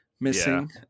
missing